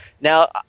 Now